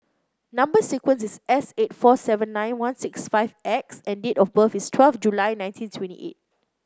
number sequence is S eight four seven nine one six five X and date of birth is twelve July nineteen twenty eight